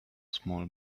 small